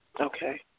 Okay